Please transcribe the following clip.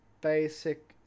basic